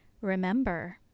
Remember